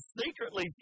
secretly